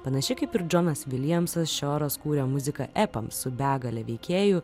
panašiai kaip ir džonas viljamsas šioras kūrė muziką epams su begale veikėjų